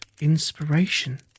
inspiration